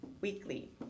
weekly